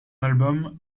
album